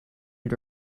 and